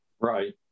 Right